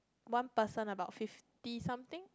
one person about fifty something